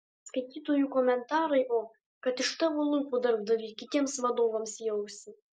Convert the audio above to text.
skaitytojų komentarai o kad iš tavo lūpų darbdavy kitiems vadovams į ausį